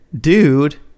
Dude